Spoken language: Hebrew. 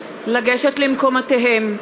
בבקשה.